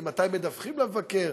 ממתי מדווחים למבקר,